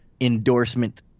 endorsement